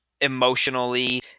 emotionally